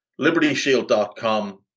LibertyShield.com